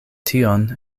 tion